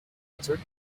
answered